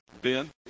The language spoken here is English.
Ben